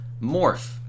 Morph